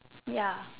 ya